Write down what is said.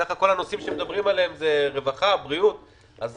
סך הכול הנושאים שמדברים עליהם זה רווחה ובריאות אז